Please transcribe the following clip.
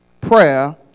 prayer